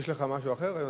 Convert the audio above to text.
יש לך משהו אחר?